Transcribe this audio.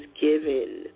given